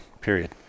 period